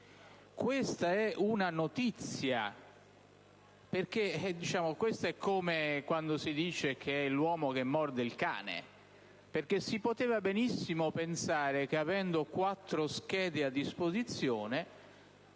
Questa è una notizia, perché è come dire che è l'uomo che morde il cane, e non viceversa. Si poteva benissimo pensare che, avendo quattro schede a disposizione,